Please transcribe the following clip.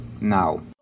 now